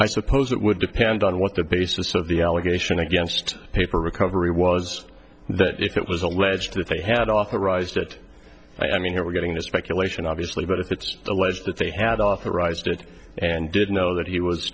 i suppose that would depend on what the basis of the allegation against paper recovery was that if it was alleged that they had authorized it i mean here we're getting this speculation obviously but if it's alleged that they had authorized it and didn't know that he was